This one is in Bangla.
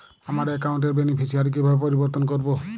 আমার অ্যাকাউন্ট র বেনিফিসিয়ারি কিভাবে পরিবর্তন করবো?